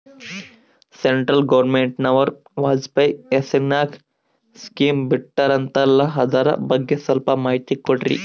Central ಗವರ್ನಮೆಂಟನವರು ವಾಜಪೇಯಿ ಹೇಸಿರಿನಾಗ್ಯಾ scheme ಬಿಟ್ಟಾರಂತಲ್ಲ ಅದರ ಬಗ್ಗೆ ಸ್ವಲ್ಪ ಮಾಹಿತಿ ಕೊಡ್ರಿ?